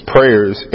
Prayers